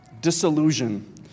disillusion